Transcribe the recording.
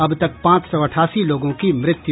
अब तक पांच सौ अठासी लोगों की मृत्यु